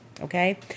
Okay